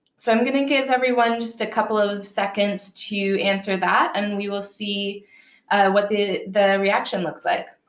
so i'm going to give everyone just a couple of seconds to answer that, and we will see what the the reaction looks like.